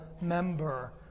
member